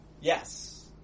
Yes